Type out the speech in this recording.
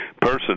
person